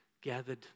gathered